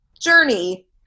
journey